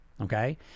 Okay